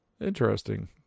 interesting